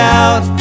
out